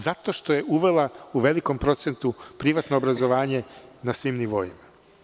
Zato što je uvela u velikom procentu privatno obrazovanje na svim nivoima.